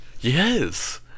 yes